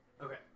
Okay